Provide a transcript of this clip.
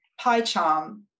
PyCharm